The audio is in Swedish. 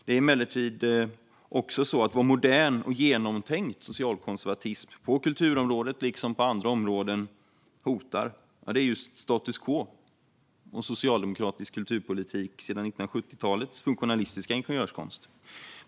Det är emellertid så att vad modern och genomtänkt socialkonservatism på kulturområdet liksom på andra områden hotar är status quo och socialdemokratisk kulturpolitik sedan 1970-talets funktionalistiska ingenjörskonst.